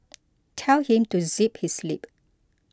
tell him to zip his lip